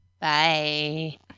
Bye